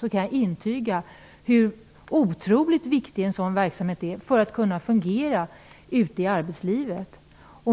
Jag kan intyga hur otroligt viktig en sådan verksamhet är för att man skall kunna fungera ute i arbetslivet.